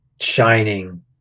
shining